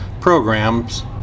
programs